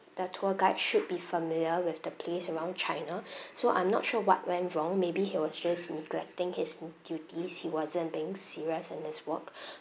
the tour guide should be familiar with the place around china so I'm not sure what went wrong maybe he was just neglecting his duties he wasn't being serious in his work